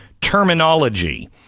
terminology